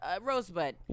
Rosebud